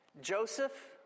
Joseph